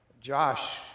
Josh